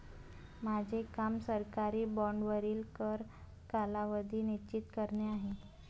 माझे काम सरकारी बाँडवरील कर कालावधी निश्चित करणे आहे